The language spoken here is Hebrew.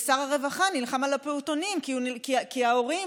ושר הרווחה נלחם על הפעוטונים, כי ההורים